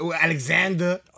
Alexander